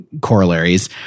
corollaries